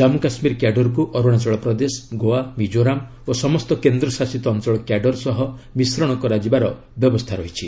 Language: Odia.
ଜାନ୍ମୁ କାଶ୍ମୀର କ୍ୟାଡରକୁ ଅର୍ଣାଚଳ ପ୍ରଦେଶ ଗୋଆ ମିଜୋରାମ ଓ ସମସ୍ତ କେନ୍ ଶାସିତ ଅଞ୍ଚଳ କ୍ୟାଡର ସହ ମିଶ୍ରଣ କରାଯିବାର ବ୍ୟବସ୍ଥା ରହିଛି